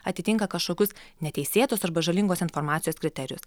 atitinka kažkokius neteisėtos arba žalingos informacijos kriterijus